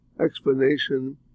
explanation